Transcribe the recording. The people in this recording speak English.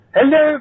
Hello